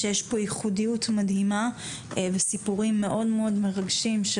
אני חייבת להגיד שיש פה ייחודיות מדהימה וסיפורים מאוד מרגשים של